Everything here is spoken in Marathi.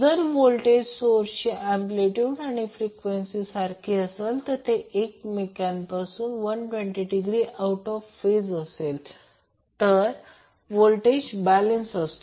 जर व्होल्टेज सोर्सची अँम्पलीट्यूड आणि फ्रिक्वेन्सी सारखी असेल आणि ते एकमेकांपासून 120 डिग्री आऊट ऑफ फेजमध्ये असेल तर व्होल्टेज बॅलन्स असतो